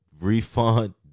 refund